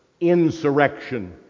insurrection